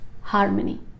harmony